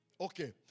Okay